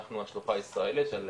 אנחנו השלוחה הישראלית.